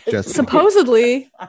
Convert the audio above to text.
supposedly